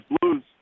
Blues